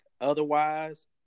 otherwise